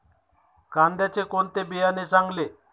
कांद्याचे कोणते बियाणे चांगले?